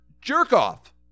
jerk-off